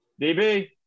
DB